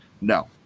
no